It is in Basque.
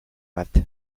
bat